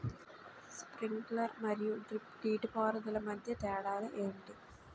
Sprinkler మరియు drip నీటిపారుదల మధ్య తేడాలు ఏంటి?